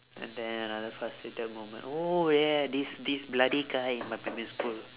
and then another frustrated moment oh ya this this bloody guy in my primary school